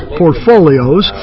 portfolios